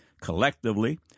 Collectively